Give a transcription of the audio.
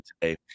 today